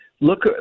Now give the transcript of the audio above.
Look